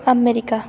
America